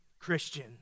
Christian